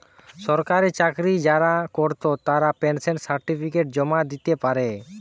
সরকারি চাকরি যারা কোরত তারা পেনশন সার্টিফিকেট জমা দিতে পারে